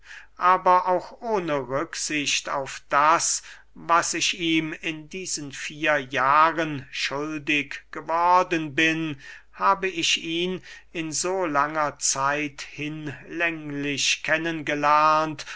aber auch ohne rücksicht auf das was ich ihm in diesen vier jahren schuldig geworden bin habe ich ihn in so langer zeit hinlänglich